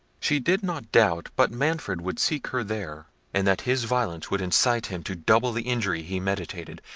she did not doubt but manfred would seek her there, and that his violence would incite him to double the injury he meditated,